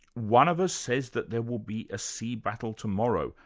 one of us says that there will be a sea battle tomorrow,